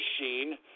machine